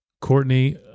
Courtney